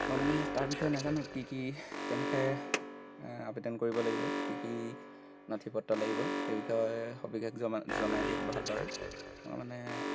মই মানে তাৰ বিষয়ে নাজানো কি কি কেনেকৈ আবেদন কৰিব লাগিব কি কি নথি পত্ৰ লাগিব সেই বিষয়ে সবিশেষ জনা জনাই দিয়ক ভালদৰে মই মানে